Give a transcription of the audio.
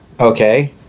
Okay